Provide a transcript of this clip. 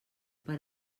per